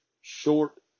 short